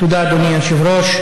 תודה, אדוני היושב-ראש.